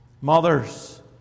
mothers